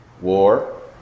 war